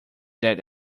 that